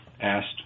asked